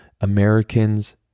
Americans